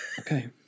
okay